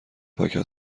پاکت